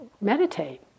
meditate